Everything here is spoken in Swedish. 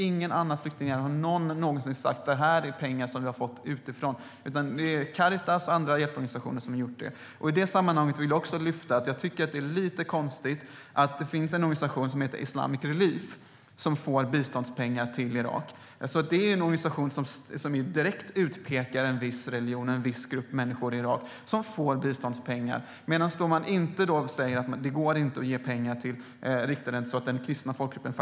Inget annat flyktingläger har någonsin sagt att de har fått pengar utifrån. Det är Caritas och andra hjälporganisationer som har lämnat bistånd. I det sammanhanget vill jag lyfta fram att jag tycker att det är lite konstigt att organisationen Islamic Relief får biståndspengar som ska gå till Irak. Det är en organisation som direkt utpekar en viss religion och en viss grupp människor i Irak som får biståndspengar samtidigt som det inte går att ge pengar som ska riktas till den kristna folkgruppen.